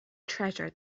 treasure